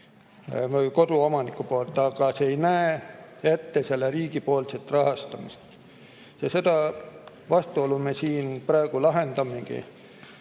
koduomaniku poolt, aga see ei näe ette selle riigipoolset rahastamist. Seda vastuolu me siin praegu lahendamegi